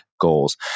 goals